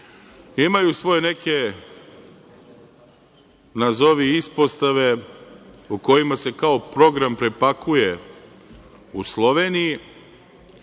Imaju svoje neke nazovi ispostave u kojima se kao program prepakuje u Sloveniji,